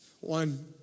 One